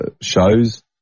shows